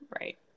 Right